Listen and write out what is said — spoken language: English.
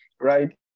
right